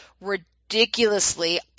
ridiculously